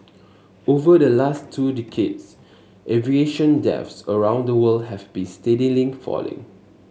over the last two decades aviation deaths around the world have been steadily falling